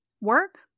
Work